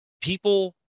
people